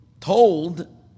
told